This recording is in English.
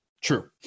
true